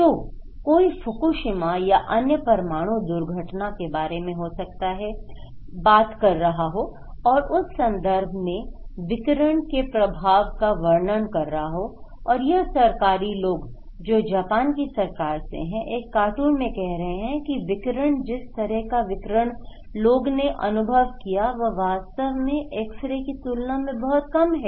तो कोई फुकुशिमा या अन्य परमाणु दुर्घटना के बारे में हो सकता है बात कर रहा हो और उस संदर्भ में विकिरण के प्रभाव का वर्णन कर रहा हो और यह सरकारी लोग जो जापान की सरकार से है इस कार्टून में कह रहे हैं कि विकिरण जिस तरह का विक्रण लोगों ने अनुभव किया वह वास्तव में एक्सरे की तुलना में बहुत कम था